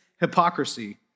hypocrisy